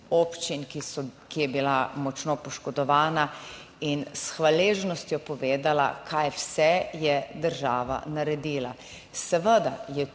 ki je bila močno poškodovana in s hvaležnostjo povedala, kaj vse je država naredila. Seveda je